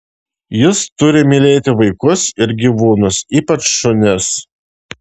jis turi mylėti vaikus ir gyvūnus ypač šunis